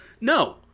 No